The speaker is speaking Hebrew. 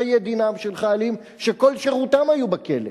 מה יהיה דינם של חיילים שכל שירותם היו בכלא?